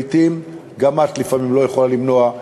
לעתים גם את לפעמים לא יכולה למנוע,